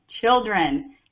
children